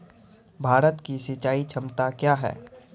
भारत की सिंचाई क्षमता क्या हैं?